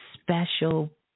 special